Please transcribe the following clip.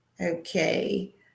Okay